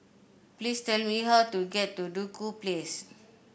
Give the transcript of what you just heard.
please tell me how to get to Duku Place